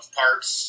parts